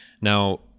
Now